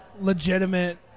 legitimate